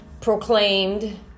proclaimed